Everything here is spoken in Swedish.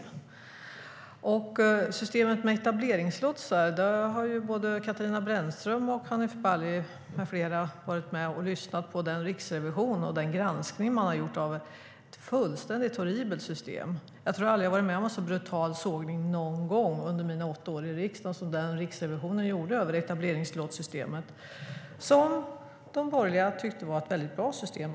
När det gäller systemet med etableringslotsar har ju både Katarina Brännström och Hanif Bali med flera varit med och lyssnat på Riksrevisionen och dess granskning av ett fullständigt horribelt system. Jag tror aldrig att jag har varit med om en så brutal sågning någon gång under mina åtta år i riksdagen som den Riksrevisionen gjorde i sin granskning av etableringslotssystemet. Jag antar att de borgerliga tycker att det var ett väldigt bra system.